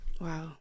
Wow